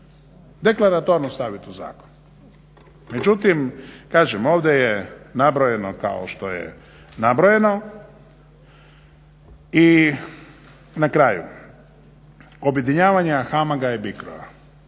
deklaratorno stavit u zakon. Međutim, kažem ovdje je nabrojeno kao što je nabrojeno i na kraju objedinjavanja HAMAG-a i BICRO-a